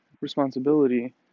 responsibility